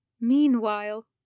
Meanwhile